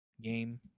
game